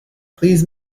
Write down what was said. please